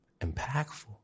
impactful